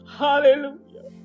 hallelujah